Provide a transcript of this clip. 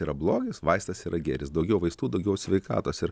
yra blogis vaistas yra gėris daugiau vaistų daugiau sveikatos ir